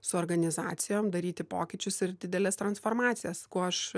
su organizacijom daryti pokyčius ir dideles transformacijas kuo aš